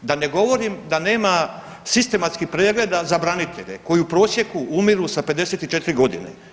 Da ne govorim da nema sistematskih pregleda za branitelja koji u prosjeku umiru sa 54 godine.